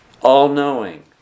all-knowing